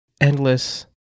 endless